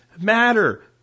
matter